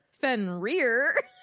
Fenrir